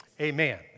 amen